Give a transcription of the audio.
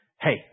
Hey